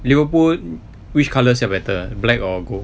Liverpool which colours sell better ah black or gold